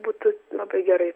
būtų labai gerai